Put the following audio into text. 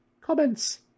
Comments